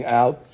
out